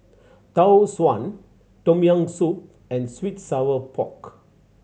Tau Suan Tom Yam Soup and sweet sour pork